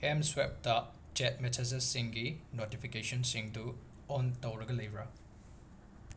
M ꯁ꯭ꯋꯦꯞꯇ chat ꯃꯦꯁꯦꯖꯦꯁꯁꯤꯡꯒꯤ ꯅꯣꯇꯤꯐꯤꯀꯦꯁꯟꯁꯤꯡꯗꯨ ꯑꯣꯟ ꯇꯧꯔꯒ ꯂꯩꯕ꯭ꯔꯥ